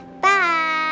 Bye